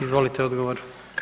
Izvolite, odgovor.